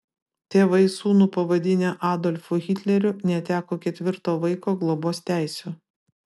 tėvai sūnų pavadinę adolfu hitleriu neteko ketvirto vaiko globos teisių